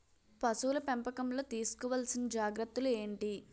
పశువుల పెంపకంలో తీసుకోవల్సిన జాగ్రత్త లు ఏంటి?